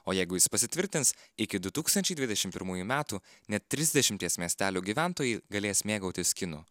o jeigu jis pasitvirtins iki du tūkstančiai dvidešimt pirmųjų metų net trisdešimties miestelių gyventojai galės mėgautis kinu